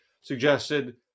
suggested